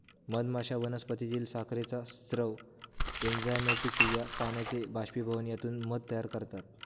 मधमाश्या वनस्पतीतील साखरेचा स्राव, एन्झाइमॅटिक क्रिया, पाण्याचे बाष्पीभवन यातून मध तयार करतात